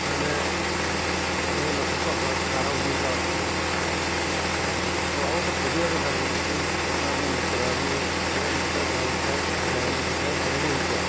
ਮੈਨੇ ਉਹ ਲੱਗਭਗ ਅਠਾਰਾਂ ਉੱਨੀ ਸਾਲ ਰੱਖਿਆ ਜੀ ਅਤੇ ਬਹੁਤ ਵਧੀਆ ਉਹ ਨੇ ਸਰਵਿਸ ਦਿੱਤੀ ਮੈਂ ਆਪਣੇ ਮਿੱਤਰਾਂ ਨੂੰ ਮੇਰੇ ਮਿੱਤਰ ਲੈਣ ਨੂੰ ਫਿਰਦੇ ਹੈ ਮੈਂ ਉਹਨੂੰ ਵੀ ਇਹ ਹੀ ਕਿਹਾ